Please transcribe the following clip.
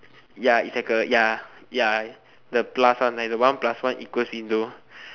ya it's like a ya ya the plus one like the one plus one equal window